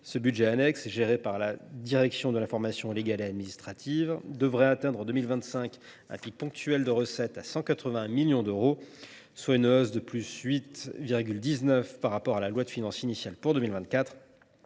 administrative ». Géré par la direction de l’information légale et administrative (Dila), celui ci devrait atteindre en 2025 un pic ponctuel de recettes, à 181 millions d’euros, soit une hausse de 8,19 % par rapport à la loi de finances initiale pour 2024.